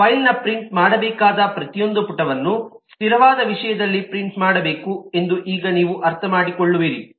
ಫೈಲ್ನ print ಮಾಡಬೇಕಾದ ಪ್ರತಿಯೊಂದು ಪುಟವನ್ನು ಸ್ಥಿರವಾದ ವಿಷಯದಲ್ಲಿ ಪ್ರಿಂಟ್ ಮಾಡಬೇಕು ಎಂದು ಈಗ ನೀವು ಅರ್ಥಮಾಡಿಕೊಳ್ಳುವಿರಿ